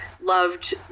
loved